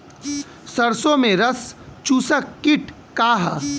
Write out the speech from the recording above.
सरसो में रस चुसक किट का ह?